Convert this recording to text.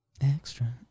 Extra